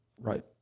Right